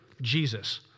Jesus